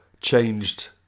changed